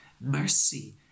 Mercy